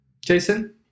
Jason